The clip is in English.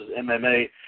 MMA